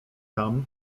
tam